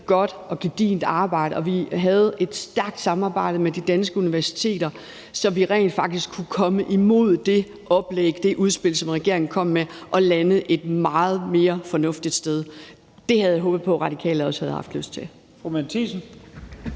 godt og gedigent samarbejde. Vi havde et stærkt samarbejde med de danske universiteter, så vi rent faktisk kunne gå imod det oplæg, det udspil, som regeringen kom med, og lande et meget mere fornuftigt sted. Det havde jeg håbet på at Radikale også havde haft lyst til.